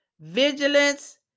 vigilance